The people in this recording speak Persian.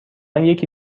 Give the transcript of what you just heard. یکی